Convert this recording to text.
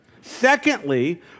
Secondly